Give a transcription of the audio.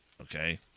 okay